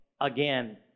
again